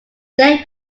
day